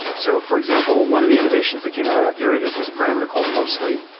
so for example, one of the innovations that came out of that period is this parameter called mostly.